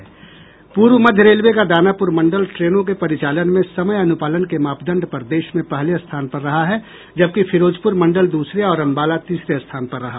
पूर्व मध्य रेलवे का दानापूर मंडल ट्रेनों के परिचालन में समय अनुपालन के मापदंड पर देश में पहले स्थान पर रहा है जबकि फिरोजपुर मंडल दूसरे और अंबाला तीसरे स्थान पर रहा